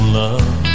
love